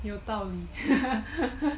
有道理